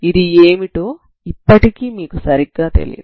ఇది ఏమిటో ఇప్పటికీ మీకు సరిగ్గా తెలియదు